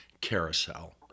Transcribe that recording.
Carousel